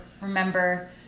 remember